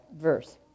verse